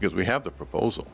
because we have the proposal